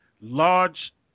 large